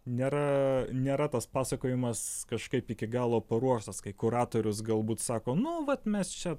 nėra nėra tas pasakojimas kažkaip iki galo paruoštas kai kuratorius galbūt sako nu vat mes čia